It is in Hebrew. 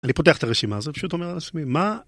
אני פותח את הרשימה הזאת, שאתה אומר, מה...